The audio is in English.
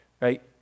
Right